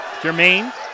Jermaine